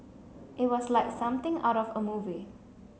it was like something out of a movie